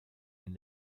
den